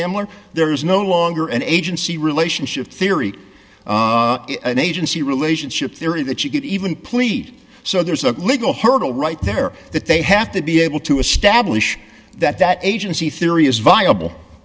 one there is no longer an agency relationship theory an agency relationship theory that you could even plead so there's a legal hurdle right there that they have to be able to establish that that agency theory is viable